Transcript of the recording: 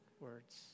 words